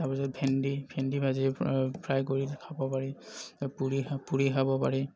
তাৰ পিছত ভেন্দি ভেন্দি ভাজি ফ্ৰাই কৰি খাব পাৰি পুৰি পুৰি খাব পাৰি